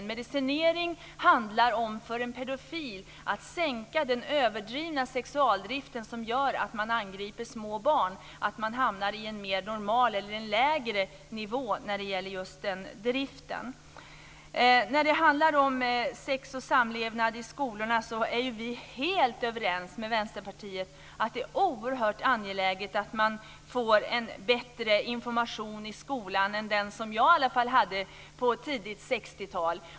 En medicinering handlar om för en pedofil att sänka den överdrivna sexualdrift som gör att man angriper små barn för att hamna på en mer normal eller lägre nivå när det gäller just den driften. När det handlar om sex och samlevnad i skolorna är vi helt överens med Vänsterpartiet om att det är oerhört angeläget att man får en bättre information i skolan än den som jag i alla fall hade på tidigt 60-tal.